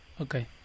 Okay